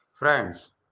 Friends